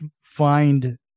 find